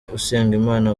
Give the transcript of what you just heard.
usengimana